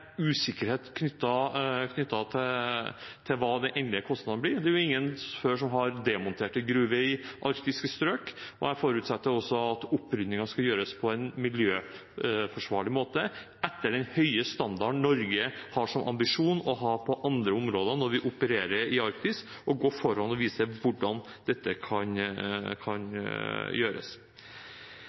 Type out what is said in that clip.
til hva den endelige kostnaden blir. Det er jo ingen som har demontert en gruve i arktiske strøk før, og jeg forutsetter også at oppryddingen skal gjøres på en miljøforsvarlig måte etter den høye standarden Norge har som ambisjon å ha på andre områder når vi opererer i Arktis, og at Norge går foran og viser hvordan dette kan gjøres.